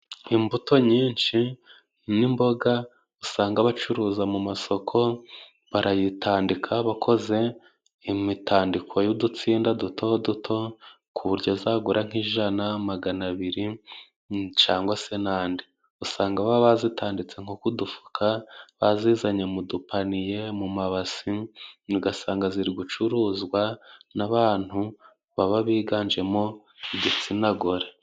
Imbuto nyinshi n'imboga usanga bacuruza mu masoko barayitandika bakoze imitandiko y'udutsinda duto duto ku buryo zagura nk'ijana, magana abiri cangwa se nagana nandi, usanga baba bazitanditse nkoko udufuka bazizanye mu dupaniye mu mabasi ugasanga ziri gucuruzwa n'abantu baba biganjemo igitsina gore.